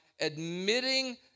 admitting